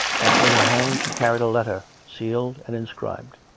and in her hand she carried a letter, sealed and inscribed.